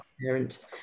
parent